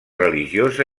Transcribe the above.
religiosa